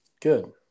Good